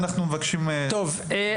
טוב,